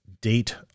date